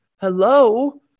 hello